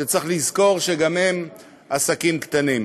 וצריך לזכור שגם הם עסקים קטנים.